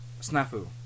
Snafu